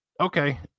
okay